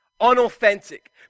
Unauthentic